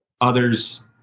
others